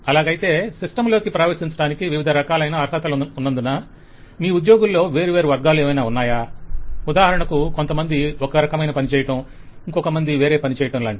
అలాగైతే సిస్టంలోకి ప్రవేశించటానికి వివిధ రకాలైన అర్హతలున్నందున మీ ఉద్యోగుల్లో వేరువేరు వర్గాలు ఏమన్నా ఉన్నాయా ఉదాహరణకు కొంతమంది ఒక రకమైన పనిచెయ్యటం ఇంకొంతమంది వేరే పని చెయ్యటంలాగా